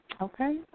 Okay